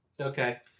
Okay